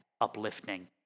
uplifting